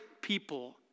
people